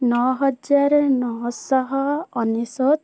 ନଅ ହଜାର ନଅଶହ ଅନେଶ୍ୱତ